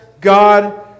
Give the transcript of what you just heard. God